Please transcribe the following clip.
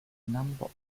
number